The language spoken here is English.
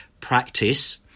practice